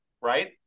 right